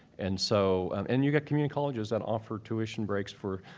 and so um and you've got community colleges that offer tuition breaks for